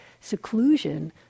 seclusion